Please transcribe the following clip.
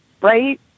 right